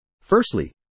Firstly